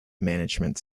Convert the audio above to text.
management